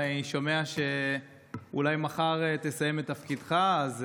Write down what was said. אני שומע שאולי מחר תסיים את תפקידך, אז